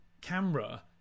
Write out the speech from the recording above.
camera